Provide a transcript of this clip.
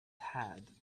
head